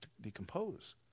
decompose